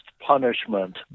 punishment